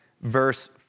verse